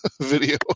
video